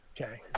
Okay